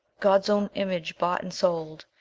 god's own image bought and sold!